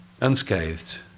unscathed